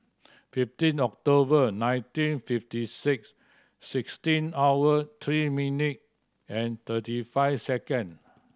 fifteen October nineteen fifty six sixteen hour three minute and thirty five second